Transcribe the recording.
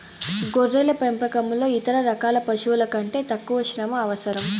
గొర్రెల పెంపకంలో ఇతర రకాల పశువుల కంటే తక్కువ శ్రమ అవసరం